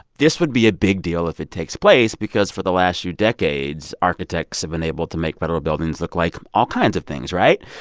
this would be a big deal if it takes place because for the last few decades, architects have been able to make federal buildings look like all kinds of things, right?